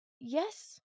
Yes